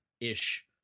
ish